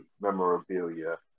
memorabilia